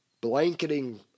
blanketing